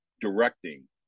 directing